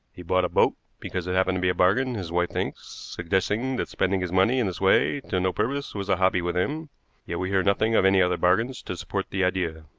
he bought a boat because it happened to be a bargain, his wife thinks, suggesting that spending his money in this way to no purpose was a hobby with him yet we hear nothing of any other bargains to support the idea.